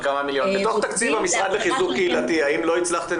בתוך תקציב המשרד לקידום קהילתי האם לא הצלחתם